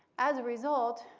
as a result,